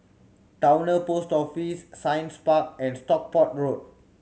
Towner Post Office Science Park and Stockport Road